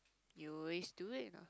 you always do it ah